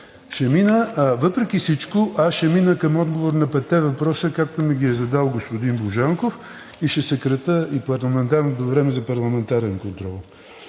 Въпреки всичко ще мина към отговор на петте въпроса, както ми ги е задал господин Божанков, и ще съкратя и парламентарното време за парламентарен контрол.